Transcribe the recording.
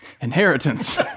Inheritance